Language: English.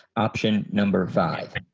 option number five.